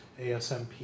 ASMP